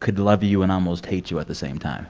could love you you and almost hate you at the same time?